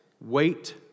Wait